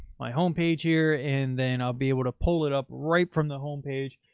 my homepage here and then i'll be able to pull it up right from the homepage.